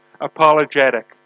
apologetic